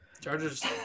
Chargers